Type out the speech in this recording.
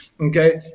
Okay